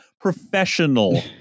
professional